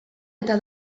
eta